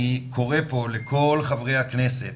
אני קורא פה לכל חברי הכנסת,